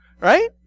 Right